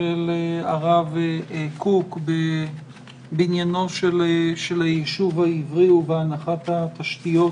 של הרב קוק בבניינו של הישוב העברי ובהנחת התשתיות